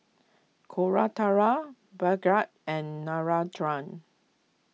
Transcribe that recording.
Koratala Bhagat and Narendra